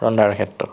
বনোৱাৰ ক্ষেত্ৰত